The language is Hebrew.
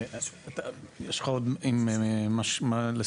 יש לך עוד מה לסיים?